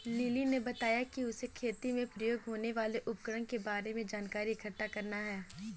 lily ने बताया कि उसे खेती में प्रयोग होने वाले उपकरण के बारे में जानकारी इकट्ठा करना है